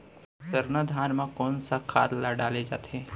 सरना धान म कोन सा खाद ला डाले जाथे?